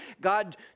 God